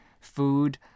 food